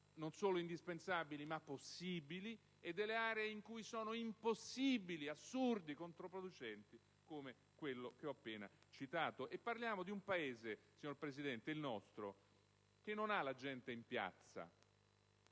non solo indispensabili, ma possibili e delle aree in cui sono impossibili, assurdi, controproducenti come quello che ho appena citato. Signora Presidente, parliamo di un Paese, il nostro, che non ha la gente in piazza